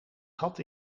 gat